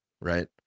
right